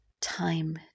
time